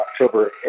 October